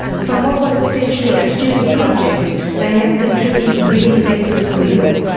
from what was essentially a student project they have literally reinvented the wheel.